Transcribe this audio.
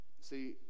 See